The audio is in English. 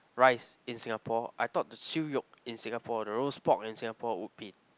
rice in Singapore I thought the siew-yoke in Singapore the roast pork in Singapore would be